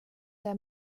der